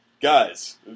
Guys